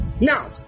Now